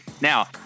Now